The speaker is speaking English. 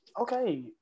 okay